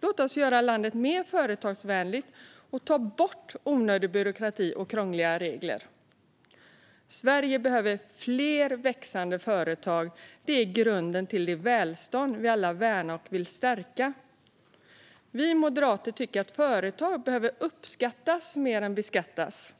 Låt oss göra landet mer företagsvänligt och ta bort onödig byråkrati och krångliga regler! Sverige behöver fler växande företag. De är grunden till det välstånd vi alla värnar och vill stärka. Vi moderater tycker att företag behöver uppskattas mer än beskattas.